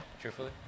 truthfully